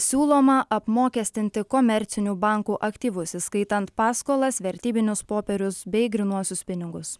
siūloma apmokestinti komercinių bankų aktyvus įskaitant paskolas vertybinius popierius bei grynuosius pinigus